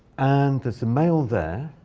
and there's a male there.